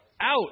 out